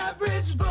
Average